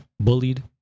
bullied